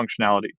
functionality